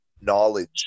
knowledge